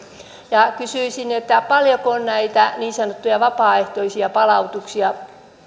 kysyisin paljonko on näitä niin sanottuja vapaaehtoisia palautuksia